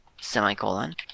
semicolon